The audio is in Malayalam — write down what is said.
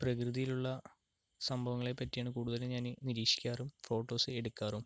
പ്രകൃതിയിലുള്ള സംഭവങ്ങളെ പറ്റിയാണ് കൂടുതലും ഞാൻ നിരീക്ഷിക്കാറും ഫോട്ടോസ് എടുക്കാറും